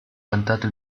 cantato